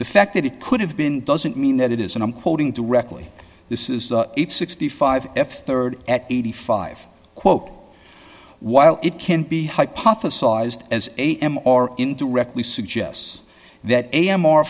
the fact that it could have been doesn't mean that it is and i'm quoting directly this is it sixty five f thirty at eighty five quote while it can be hypothesized as am or indirectly suggests that am or